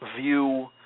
view